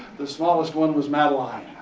the smallest one was madeline.